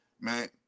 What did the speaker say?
man